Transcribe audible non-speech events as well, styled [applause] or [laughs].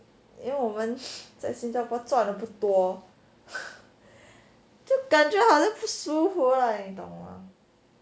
因为我们在新加坡赚得不多就感觉好像不舒服啦你懂 [laughs]